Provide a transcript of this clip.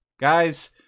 Guys